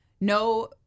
no